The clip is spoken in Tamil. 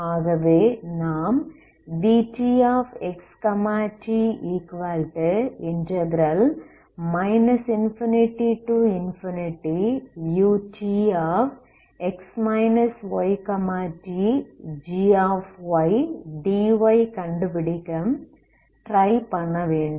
ஆகவே நாம் vtxt ∞utx ytgdy கண்டுபிடிக்க ட்ரை பண்ணவேண்டும்